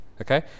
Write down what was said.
Okay